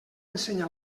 ensenya